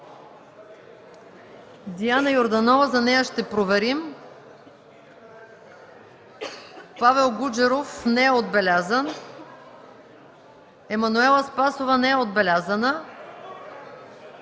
Диана Йорданова ще проверим; Павел Гуджеров не е отбелязан; Емануела Спасова не е отбелязана